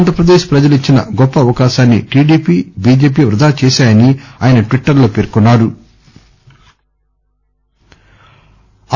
ఆంధ్ర ప్రదేశ్ ప్రజలు ఇచ్చిన గొప్ప అవకాశాన్ని టీడీపీ బిజెపి వృథా చేశాయని ఆయన ట్విట్టర్ లో పేర్కొన్నా రు